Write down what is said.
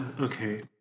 Okay